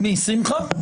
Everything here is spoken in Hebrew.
מי, שמחה?